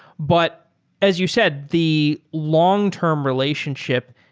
but as you said, the long-term relationship,